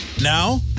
Now